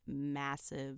massive